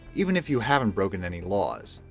even if you haven't broken any laws.